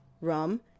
rum